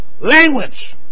language